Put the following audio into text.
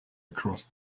across